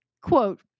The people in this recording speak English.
Quote